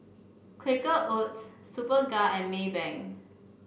Quaker Oats Superga and Maybank